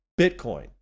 Bitcoin